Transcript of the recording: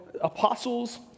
apostles